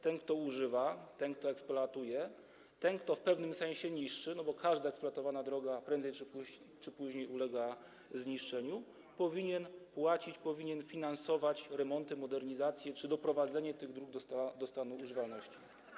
Ten, kto używa, ten, kto eksploatuje, ten, kto w pewnym sensie niszczy, bo każda eksploatowana droga prędzej czy później ulega zniszczeniu, powinien płacić, powinien finansować remonty, modernizację czy doprowadzenie tych dróg do stanu używalności.